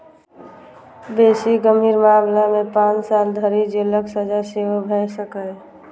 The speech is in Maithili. बेसी गंभीर मामला मे पांच साल धरि जेलक सजा सेहो भए सकैए